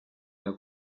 alla